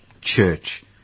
church